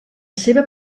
seva